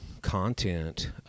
content